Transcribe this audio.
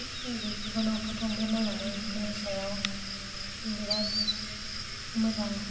बेफोरखौनो अखा थंब्लेद नायनानै बेफोरनि सायाव बिराद मोजां